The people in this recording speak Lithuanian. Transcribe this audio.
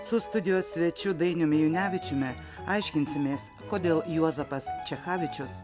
su studijos svečiu dainiumi junevičiumi aiškinsimės kodėl juozapas čechavičius